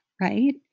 right